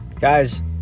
guys